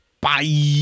Bye